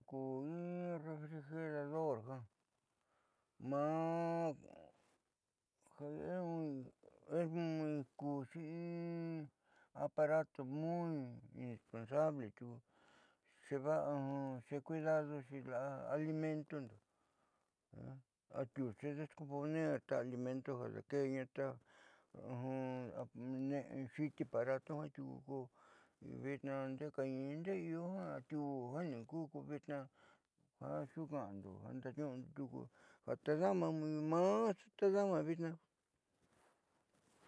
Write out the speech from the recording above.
Ko in refrigerador ja maa kuuxi in aparato muy indispensable tiuku xeva'a xecuidadoxi la'a alimentundo atiu xedescomponer ta alimento ja daakeeña ta ne'e xiti aparatu jiaa tiuku ko vitnaa ndeé kañiini ndeé atiuú jiaa nikuú ko vitnaa xuuka'ando ndaaniuundo tiuku ja tadama maa tadama vitnaa.